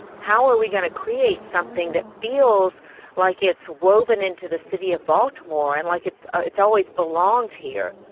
how are we going to create something that feels like it's woven into the city of baltimore and like it's ah it's always belonged here?